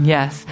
Yes